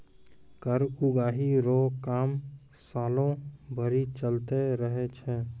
कर उगाही रो काम सालो भरी चलते रहै छै